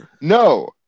No